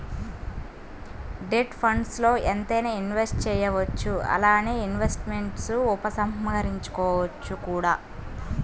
debt ఫండ్స్ల్లో ఎంతైనా invest చేయవచ్చు అలానే ఇన్వెస్ట్మెంట్స్ను ఉపసంహరించుకోవచ్చు కూడా